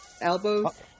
elbows